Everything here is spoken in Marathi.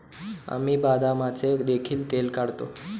आम्ही बदामाचे देखील तेल काढतो